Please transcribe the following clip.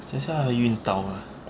等一下他们晕倒 ah